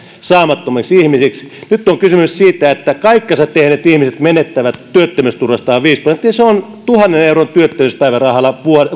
saamattomiksi ihmisiksi nyt on kysymys siitä että kaikkensa tehneet ihmiset menettävät työttömyysturvastaan viisi prosenttia tuhannen euron työttömyyspäivärahalla